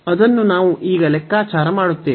ಅದನ್ನು ನಾವು ಈಗ ಲೆಕ್ಕಾಚಾರ ಮಾಡುತ್ತೇವೆ